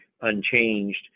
unchanged